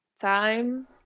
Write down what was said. time